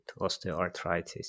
osteoarthritis